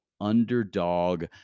Underdog